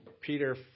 Peter